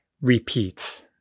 repeat